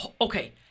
Okay